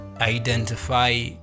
identify